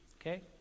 Okay